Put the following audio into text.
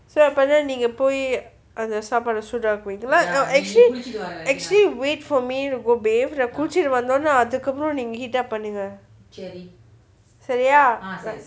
so அப்போ னா நீங்க போய் அந்த சாப்பாடு சூடு ஆக்குவிங்கலாம்:apponaa nenga pooi antha saapadu soodu aakkuvingalam actually actually wait for me go bath நா குளிச்சிட்டு வந்தோனே:naa kulichitu vanthone heat up பண்ணுங்க செரியா:pannunga seriyaa